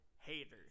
haters